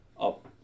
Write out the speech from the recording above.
up